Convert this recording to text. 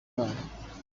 imana